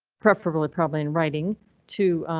preferably, probably in writing too,